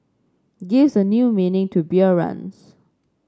gives a new meaning to beer runs